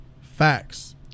Facts